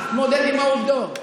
תתמודד עם העובדות.